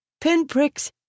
Pinpricks